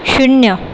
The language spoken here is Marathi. शून्य